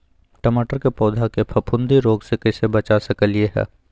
टमाटर के पौधा के फफूंदी रोग से कैसे बचा सकलियै ह?